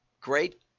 great